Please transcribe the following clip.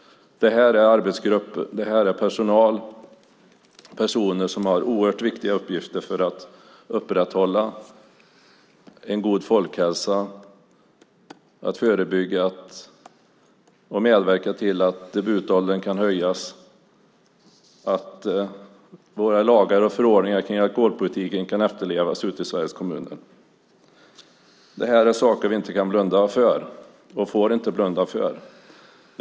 Det här är arbetsgrupper bestående av personer som har oerhört viktiga uppgifter för att upprätthålla en god folkhälsa, för att förebygga och medverka till att debutåldern kan höjas samt för att våra lagar och förordningar kring alkoholpolitiken kan efterlevas ute i Sveriges kommuner. Det här är saker vi inte kan blunda för och inte får blunda för.